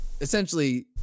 Essentially